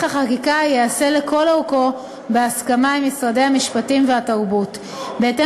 החקיקה תיעשה לכל אורכה בהסכמה עם משרדי המשפטים והתרבות והספורט.